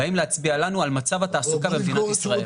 והם באים להצביע לנו על מצב התעסוקה במדינת ישראל.